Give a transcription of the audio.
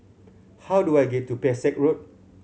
how do I get to Pesek Road